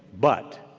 but,